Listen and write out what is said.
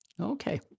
Okay